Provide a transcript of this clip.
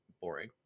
boring